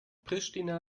pristina